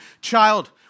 child